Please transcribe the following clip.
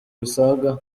bisaga